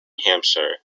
hampshire